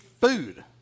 food